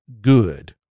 good